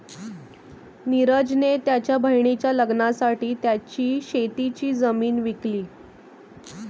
निरज ने त्याच्या बहिणीच्या लग्नासाठी त्याची शेतीची जमीन विकली